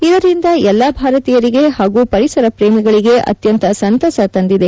ಇದರಿಂದ ಎಲ್ಲಾ ಭಾರತೀಯರಿಗೆ ಹಾಗೂ ಪರಿಸರ ಪ್ರೇಮಿಗಳಿಗೆ ಅತ್ಯಂತ ಸಂತಸ ಉಂಟಾಗಿದೆ